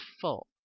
full